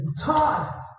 Todd